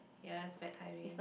ya that's bad timing